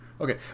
Okay